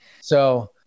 So-